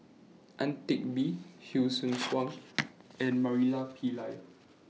Ang Teck Bee Hsu Tse Kwang and Murali Pillai